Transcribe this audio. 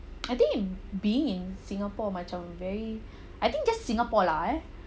I think being in singapore macam very I think just singapore lah ya